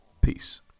peace